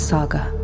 Saga